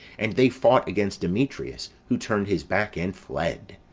and they fought against demetrius who turned his back and fled.